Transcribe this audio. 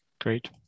Great